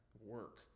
work